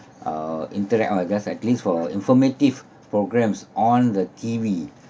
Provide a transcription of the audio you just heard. uh interact or just like glimpse for informative programmes on the T_V